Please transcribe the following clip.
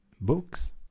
books